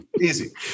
easy